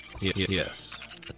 Yes